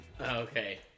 okay